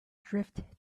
drift